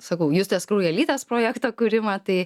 sakau justės kraujelytės projekto kūrimą tai